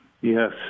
yes